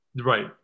Right